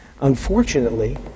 Unfortunately